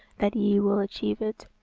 that ye will achieve it.